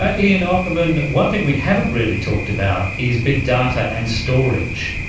ah ian opperman, one thing we haven't really talked about is big data and storage,